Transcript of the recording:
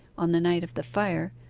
on the night of the fire,